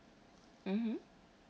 mmhmm